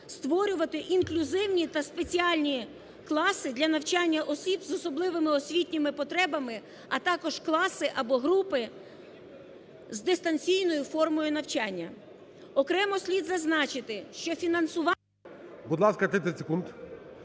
створювати інклюзивні та спеціальні класи для навчання осіб з особливими освітніми потребами, а також класи або групи з дистанційною формою навчання. Окремо слід зазначити, що фінансування зазначених